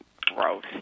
Gross